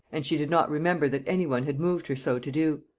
and she did not remember that any one had moved her so to do.